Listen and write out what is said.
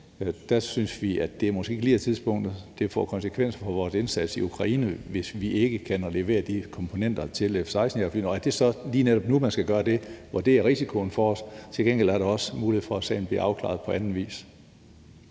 , synes vi, at det måske ikke lige er tidspunktet. Det får konsekvenser for vores indsats i Ukraine, hvis vi ikke kan levere de komponenter til F-35-jagerflyene. Og er det så lige netop nu, man skal gøre det, hvor det er risikoen for os? Der er jo til gengæld også mulighed for, at sagen bliver afklaret på anden vis.